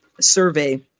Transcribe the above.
survey